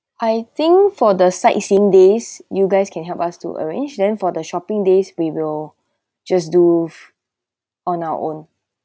I think for the sightseeing days you guys can help us to arrange then for the shopping days we will just do on our own